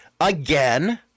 Again